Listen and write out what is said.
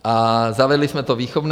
A zavedli jsme to výchovné.